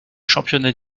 championnats